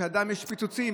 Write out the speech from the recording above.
כשלאדם יש פיצוצים,